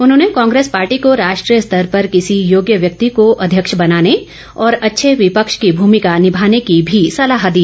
उन्होंने कांग्रेस पार्टी को राष्ट्रीय स्तर पर किसी योग्य व्यक्ति को अध्यक्ष बनाने और अच्छे विपक्ष की भूमिका निभाने की भी सलाह दी